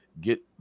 get